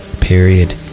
Period